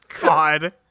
God